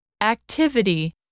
activity